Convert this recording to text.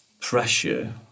pressure